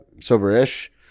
sober-ish